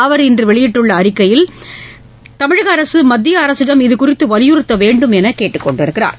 அவர் இன்று வெளியிட்டுள்ள அறிக்கையில் தமிழக அரசு மத்திய அரசிடம் இதுகுறித்து வலியுறுத்த வேண்டும் என கேட்டுக்கொண்டுள்ளார்